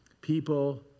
people